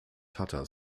tata